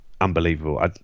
unbelievable